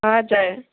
हजुर